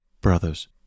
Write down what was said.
Brothers